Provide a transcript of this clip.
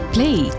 Play